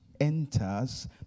enters